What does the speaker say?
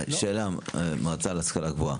שאלה, המועצה להשכלה גבוהה.